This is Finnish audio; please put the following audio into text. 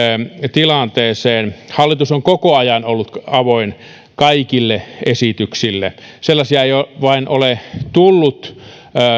tilanteeseen hallitus on koko ajan ollut avoin kaikille esityksille sellaisia ei vain ole tullut